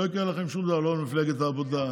לא יקרה לכם שוב דבר, לא למפלגת העבודה,